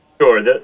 sure